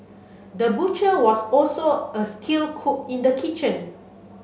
the butcher was also a skilled cook in the kitchen